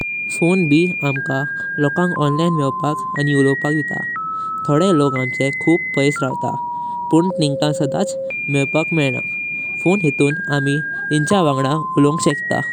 Phone भी आमका लोकां ऑनलाइन मेवपाक आनी उलवपाक दीता। थोडे लोक आमचा खूब पैसा रावता, पण तिंका सदा मेवपाक मेना। फोने हितून आमी तिंजा वांगडा उलवंग शेकता।